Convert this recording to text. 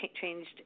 changed